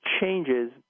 changes